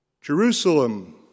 Jerusalem